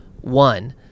one